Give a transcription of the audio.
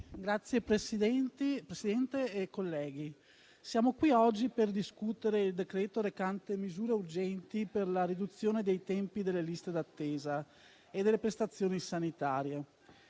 Signor Presidente, colleghi, siamo qui oggi per discutere il decreto recante misure urgenti per la riduzione dei tempi delle liste d'attesa e delle prestazioni sanitarie.